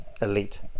elite